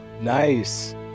Nice